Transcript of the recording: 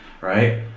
right